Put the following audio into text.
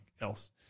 else